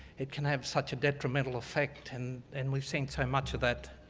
it can have such a detrimental effect, and and we've seen so much of that,